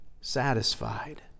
satisfied